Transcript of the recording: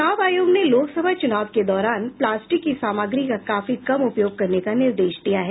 चुनाव आयोग ने लोकसभा चुनाव के दौरान प्लास्टिक की सामग्री का काफी कम उपयोग करने का निर्देश दिया है